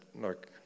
look